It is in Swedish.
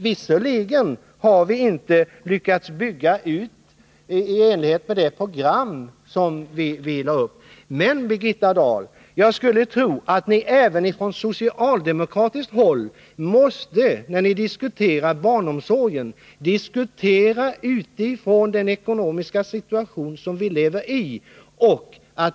Visserligen har vi inte lyckats bygga ut barnomsorgen i enlighet med det program som vi lade upp, men jag skulle tro att ni även på socialdemokratiskt håll måste diskutera barnomsorgen utifrån den ekonomiska situation som vi lever i.